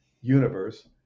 universe